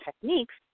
techniques